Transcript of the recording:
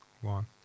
One